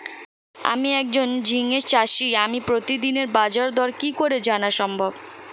আমি একজন ঝিঙে চাষী আমি প্রতিদিনের বাজারদর কি করে জানা সম্ভব?